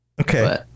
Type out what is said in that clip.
Okay